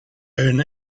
own